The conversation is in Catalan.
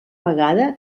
vegada